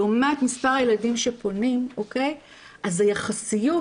לעומת מספר הילדים שפונים, אז היחסיות